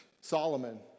Solomon